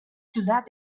ciudad